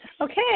Okay